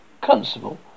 Constable